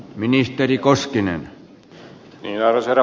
arvoisa herra puhemies